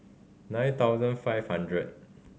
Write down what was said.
nine thousand five hundred